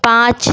پانچ